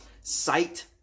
sight